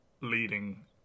leading